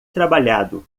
trabalhado